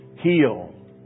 heal